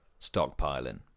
stockpiling